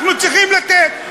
אנחנו צריכים לתת.